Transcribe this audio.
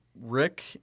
Rick